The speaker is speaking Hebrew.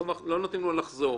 ולא נותנים לו לחזור.